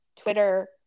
Twitter